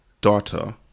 daughter